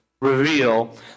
reveal